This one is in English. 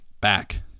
back